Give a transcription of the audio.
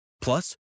Plus